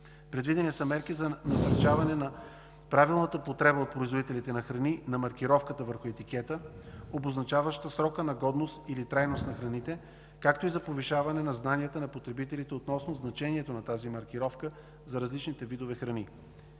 Предвидени са мерки за насърчаване на правилната употреба от производителите на храни на маркировката върху етикета, обозначаваща срока на годност или трайност на храните, както и за повишаване на знанията на потребителите относно значението на тази маркировка за различните видове храни.